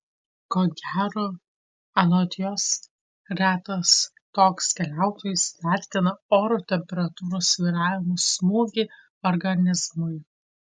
ko gero anot jos retas toks keliautojas įvertina oro temperatūros svyravimo smūgį organizmui